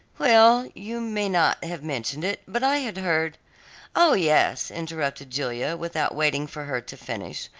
well, you may not have mentioned it, but i had heard oh, yes, interrupted julia, without waiting for her to finish.